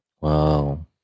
Wow